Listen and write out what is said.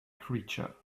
creature